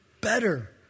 better